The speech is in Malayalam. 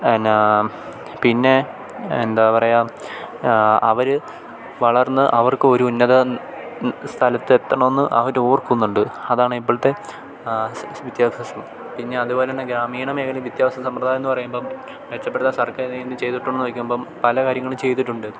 എന്നാ പിന്നെ എന്താ പറയുക അവർ വളർന്ന് അവർക്ക് ഒരു ഉന്നത ന് സ്ഥലത്തെത്തണമെന്ന് അവരോർക്കുന്നുണ്ട് അതാണ് ഇപ്പോഴത്തെ വിദ്യാഭ്യാസം പിന്നെ അതുപോലെ തന്നെ ഗ്രാമീണ മേഖലേ വിദ്യാഭ്യാസ സമ്പ്രദായമെന്നു പറയുമ്പം മെച്ചപ്പെടുത്ത സർക്കാരിൽ നിന്ന് ചെയ്തിട്ടോയെന്നു ചോദിക്കുമ്പം പല കാര്യങ്ങളും ചെയ്തിട്ടുണ്ട്